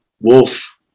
wolf